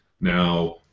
Now